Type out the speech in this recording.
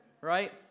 right